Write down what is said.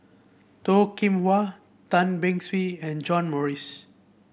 Toh Kim Hwa Tan Beng Swee and John Morrice